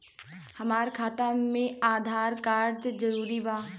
हमार खाता में आधार कार्ड जरूरी बा?